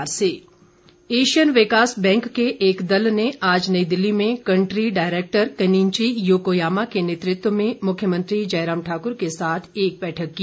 मुख्यमंत्री एशियन विकास बैंक के एक दल ने आज नई दिल्ली में कंट्री डायरेक्टर कनिंची योकोयामा के नेतृत्व में मुख्यमंत्री जयराम ठाकर के साथ एक बैठक की